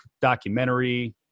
documentary